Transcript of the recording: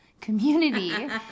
community